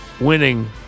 winning